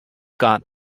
got